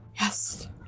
Yes